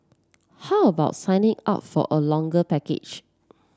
how about signing up for a longer package